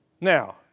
Now